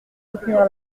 soutenir